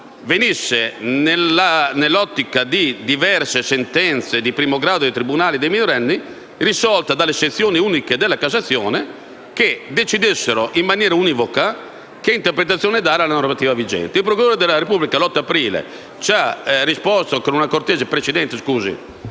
luce delle diverse sentenze di primo grado dei tribunali dei minorenni, venisse risolta dalle sezioni unite della Cassazione affinché decidessero in maniera univoca quale interpretazione dare alla normativa vigente. Il procuratore della Repubblica, l'8 aprile, ci ha risposto con una cortese lettera,